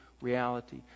reality